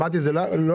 הבנתי את זה.